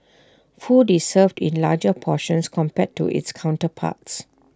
food is served in larger portions compared to its counterparts